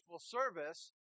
service